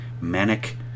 manic